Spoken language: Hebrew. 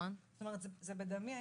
זה בדמי.